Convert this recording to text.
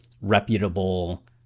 reputable